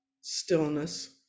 stillness